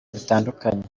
bitandukanye